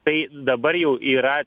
tai dabar jau yra